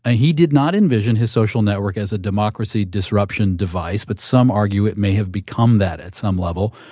and he did not envision his social network as a democracy disruption device. but some argue it may have become that at some level.